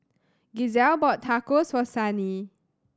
Giselle bought Tacos for Sunny